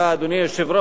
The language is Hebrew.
אדוני היושב-ראש,